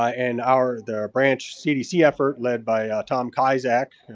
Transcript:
ah and our their branch cdc effort led by tom kaziak,